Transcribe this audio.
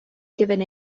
given